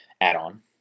add-on